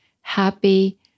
happy